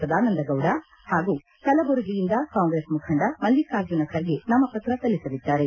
ಸದಾನಂದ ಗೌಡ ಹಾಗೂ ಕಲಬುರಗಿಯಿಂದ ಕಾಂಗ್ರೆಸ್ ಮುಖಂಡ ಮಲ್ಲಿಕಾರ್ಜುನ ಖರ್ಗೆ ನಾಮಪತ್ರ ಸಲ್ಲಿಸಲ್ಲಿದ್ದಾರೆ